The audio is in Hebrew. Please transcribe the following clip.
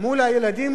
מול הילדים